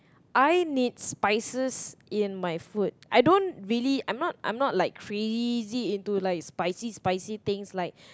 I need spices in my food I don't really I'm not I'm not like crazy into like spicy spicy things like